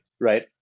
right